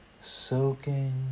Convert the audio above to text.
soaking